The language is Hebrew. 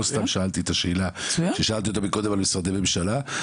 לא סתם שאלתי את השאלה ששאלתי קודם על משרדי ממשלה,